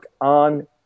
on